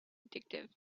addictive